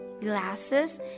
glasses